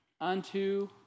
unto